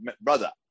brother